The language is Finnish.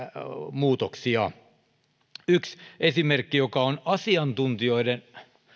muutoksia yksi esimerkki joka on asiantuntijoiden